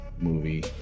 movie